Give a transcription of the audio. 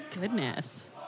Goodness